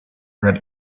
read